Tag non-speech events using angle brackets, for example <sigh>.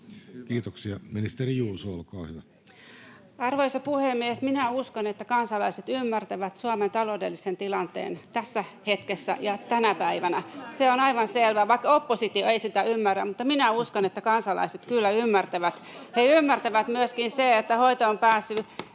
Kiitoksia. — Ministeri Juuso, olkaa hyvä. Arvoisa puhemies! Minä uskon, että kansalaiset ymmärtävät Suomen taloudellisen tilanteen tässä hetkessä ja tänä päivänä. <noise> Se on aivan selvä. Vaikka oppositio ei sitä ymmärrä, niin minä uskon, että kansalaiset kyllä ymmärtävät. [Välihuutoja — Puhemies koputtaa] He ymmärtävät myöskin sen, että hoitoonpääsy